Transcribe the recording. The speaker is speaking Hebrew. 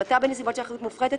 המתה בנסיבות של אחריות מופחתת,